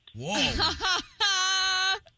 Whoa